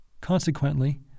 Consequently